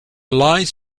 lies